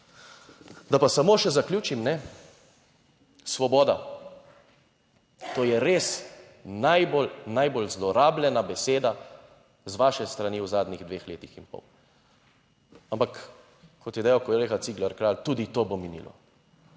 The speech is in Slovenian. Da pa samo še zaključim, ne. Svoboda, to je res najbolj, najbolj zlorabljena beseda z vaše strani v zadnjih dveh letih in pol, ampak kot je dejal kolega Cigler Kralj, tudi to bo minilo.